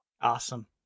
Awesome